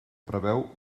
preveu